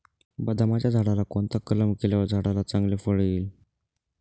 बदामाच्या झाडाला कोणता कलम केल्यावर झाडाला चांगले फळ येईल?